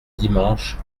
dimanche